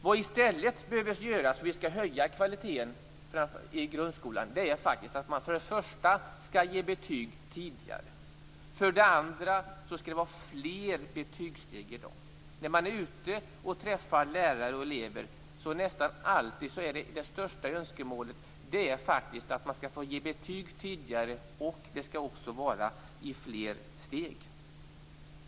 Vad som i stället behöver göras för att vi skall höja kvaliteten i grundskolan är för det första att ge betyg tidigare. För det andra skall det vara flera betygssteg än i dag. När man är ute och träffar lärare och elever är nästan alltid det största önskemålet att man skall få ge betyg tidigare och att det skall vara fler steg.